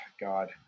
god